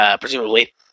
presumably